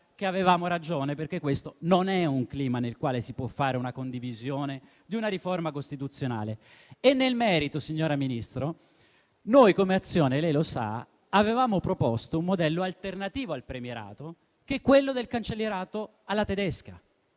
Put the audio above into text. che avevamo ragione, perché questo non è un clima nel quale si può fare una condivisione di una riforma costituzionale. Nel merito, signora Ministro, noi, come Azione e lei lo sa, avevamo proposto un modello alternativo al premierato, che è quello del cancellierato alla tedesca.